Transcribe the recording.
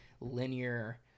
linear